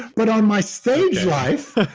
but on my stage life,